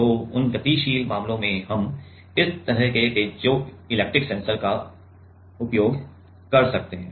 तो उन गतिशील मामलों में हम इस तरह के पीजोइलेक्ट्रिक सेंसिंग का उपयोग कर सकते हैं